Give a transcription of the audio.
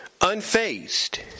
unfazed